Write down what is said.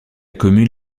commune